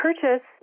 purchase